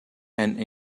and